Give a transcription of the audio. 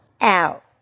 out